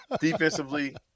Defensively